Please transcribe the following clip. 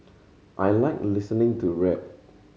I like listening to rap